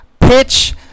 pitch